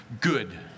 Good